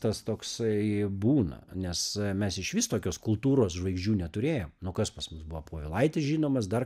tas toksai būna nes mes išvis tokios kultūros žvaigždžių neturėjom nu kas pas mus buvo povilaitis žinomas dar